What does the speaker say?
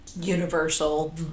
universal